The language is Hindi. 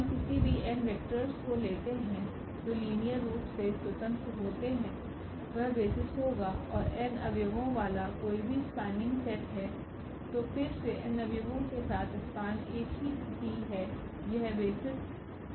हम किसी भी n वेक्टोर्स को लेते हैं जो लीनियर रूप से स्वतंत्र होते हैं वह बेसिस होगा और n अव्यवो वाला कोई भी स्पान्निंग सेट है तो फिर से n अव्यवो के साथ स्पान एक ही स्थिति है यह बेसिस भी होगा